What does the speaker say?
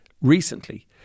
recently